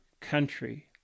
country